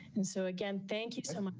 and so again, thank you so much.